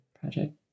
project